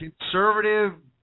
conservative